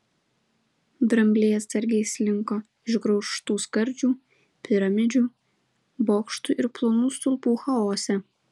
drambliai atsargiai slinko išgraužtų skardžių piramidžių bokštų ir plonų stulpų chaose